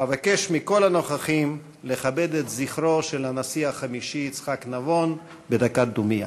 אבקש מכל הנוכחים לכבד את זכרו של הנשיא החמישי יצחק נבון בדקת דומייה.